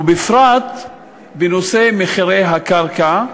ובפרט בנושא מחירי הקרקע,